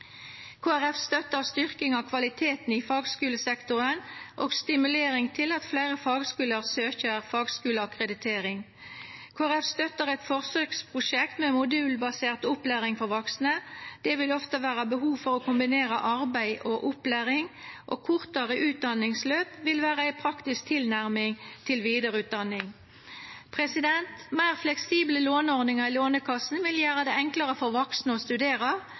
støttar styrking av kvaliteten i fagskulesektoren og stimulering til at fleire fagskuler søkjer fagskuleakkreditering. Kristeleg Folkeparti støttar eit forsøksprosjekt med modulbasert opplæring for vaksne. Det vil ofte vera behov for å kombinera arbeid og opplæring, og kortare utdanningsløp vil vera ei praktisk tilnærming til vidareutdanning. Meir fleksible låneordningar i Lånekassen vil gjera det enklare for vaksne å studera.